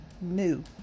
new